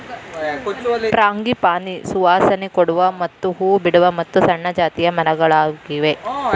frangipani ಸುವಾಸನೆ ಕೊಡುವ ಮತ್ತ ಹೂ ಬಿಡುವ ಮತ್ತು ಸಣ್ಣ ಜಾತಿಯ ಮರಗಳಾಗಿವೆ